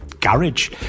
garage